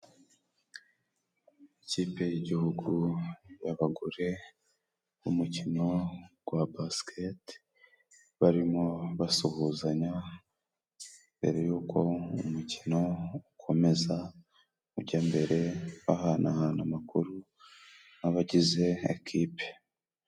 Ikipe y'igihugu y'abagore b'umukino gwa basikete barimo basuhuzanya mbere y'uko umukino ukomeza , ujya mbere bahanahana amakuru nk'abagize Ekipe.